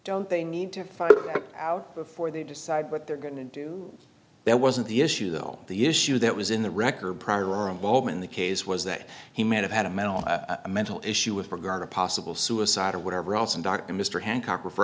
don't they need to find out before they decide what they're going to do that wasn't the issue though the issue that was in the record prior involved in the case was that he may have had a mental a mental issue with regard to possible suicide or whatever else and dr mr hancock refer